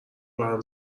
بهم